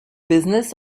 business